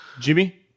Jimmy